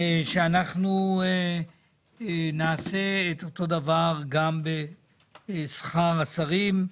שאנחנו נעשה את אותו דבר גם לגבי שכר השרים,